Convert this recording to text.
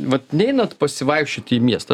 vat neinat pasivaikščioti į miestą